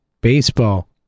baseball